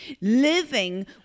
living